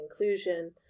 inclusion